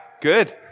good